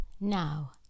Now